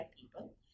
people